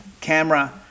camera